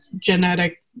genetic